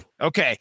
Okay